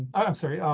i'm sorry. um,